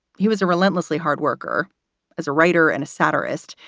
he was a relentlessly hard worker as a writer and a satirist.